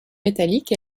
métallique